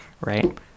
right